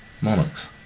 monarchs